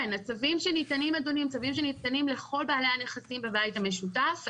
הצווים שניתנים אדוני הם צווים שניתנים לכל בעלי הנכסים בבית המשותף.